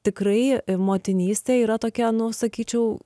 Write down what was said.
tikrai motinystė yra tokia nu sakyčiau